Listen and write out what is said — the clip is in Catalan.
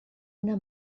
una